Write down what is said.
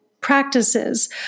practices